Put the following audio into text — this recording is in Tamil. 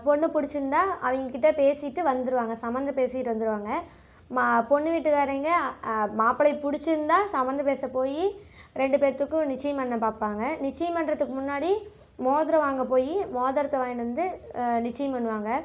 பொண்ணு பிடிச்சிருந்தா அவங்கக்கிட்ட பேசிவிட்டு வந்துருவாங்க சம்மந்தம் பேசிவிட்டு வந்துருவாங்க மா பொண்ணு வீட்டு காரவிங்க மாப்பிளையை பிடிச்சிருந்தா சம்மந்தம் பேச போய் ரெண்டு பேர்த்துக்கும் நிச்சயம் பண்ண பார்ப்பாங்க நிச்சயம் பண்ணுறத்துக்கு முன்னாடி மோதிரம் வாங்க போய் மோதரத்தை வாங்கிகிட்டு வந்து நிச்சயம் பண்ணுவாங்க